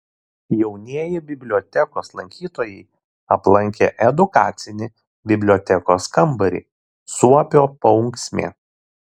jaunieji bibliotekos lankytojai aplankė edukacinį bibliotekos kambarį suopio paunksmė